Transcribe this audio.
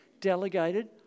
delegated